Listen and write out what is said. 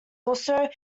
also